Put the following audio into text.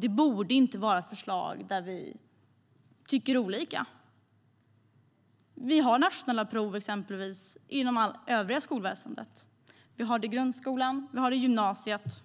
Detta borde inte vara förslag som vi tycker olika om. Vi har ju nationella prov inom det övriga skolväsendet. Vi har det i grundskolan, och vi har det i gymnasiet.